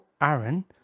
Aaron